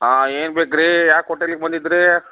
ಹಾಂ ಏನು ಬೇಕು ರೀ ಯಾಕೆ ಹೋಟೆಲಿಗೆ ಬಂದಿದ್ದಿರಿ